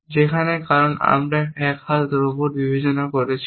যেখানে কারণ আমরা এক হাত রোবট বিবেচনা করছি